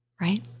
right